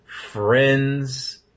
friends